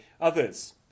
others